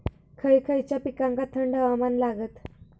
खय खयच्या पिकांका थंड हवामान लागतं?